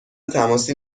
تماسی